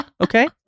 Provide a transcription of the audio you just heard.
Okay